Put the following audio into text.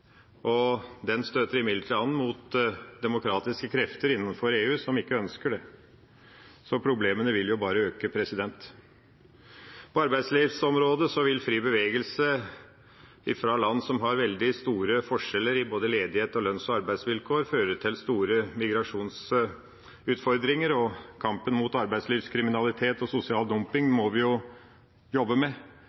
Den støter imidlertid an mot demokratiske krefter innenfor EU som ikke ønsker det. Så problemene vil bare øke. På arbeidslivsområdet vil fri bevegelse fra land som har veldig store forskjeller i både ledighet og lønns- og arbeidsvilkår, føre til store migrasjonsutfordringer, og kampen mot arbeidslivskriminalitet og sosial dumping må vi jobbe med.